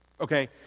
Okay